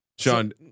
Sean